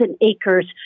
acres